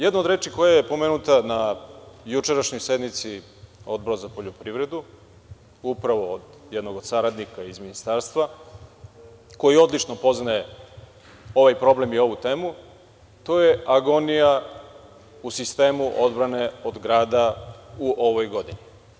Jedna od reči koja je spomenuta na jučerašnjoj sednici Odbora za poljoprivredu, od strane jednog od saradnika iz Ministarstva, koji odlično poznaje ovaj problem i ovu temu, je agonija u sistemu odbrane od grada u ovoj godini.